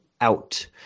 out